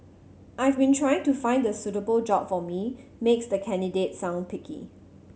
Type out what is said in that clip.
I've been trying to find the suitable job for me makes the candidate sound picky